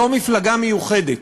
זו מפלגה מיוחדת,